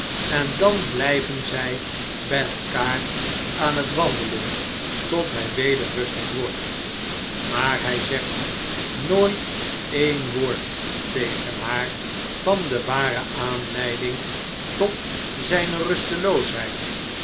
en dan bljjven zjj by elkaar aan t wandelen tot hjj weder rustig wordt maar hjj zegt nooit e'en woord tegen haar van de ware aanleiding tot zijne rusteloosheid